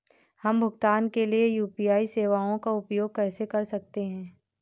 हम भुगतान के लिए यू.पी.आई सेवाओं का उपयोग कैसे कर सकते हैं?